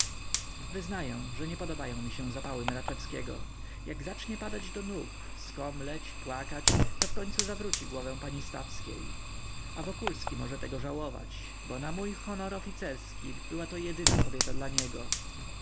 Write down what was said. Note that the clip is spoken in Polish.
wyznaję że nie podobają mi się zapały mraczewskiego jak zacznie padać do nóg skomleć płakać to wkońcu zawróci głowę pani stawskiej a wokulski może tego żałować bo na mój honor oficerski była to jedyna kobieta dla niego